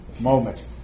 moment